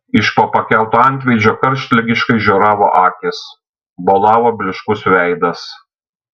iš po pakelto antveidžio karštligiškai žioravo akys bolavo blyškus veidas